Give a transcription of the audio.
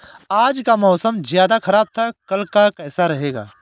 आज का मौसम ज्यादा ख़राब था कल का कैसा रहेगा?